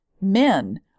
men